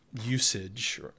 usage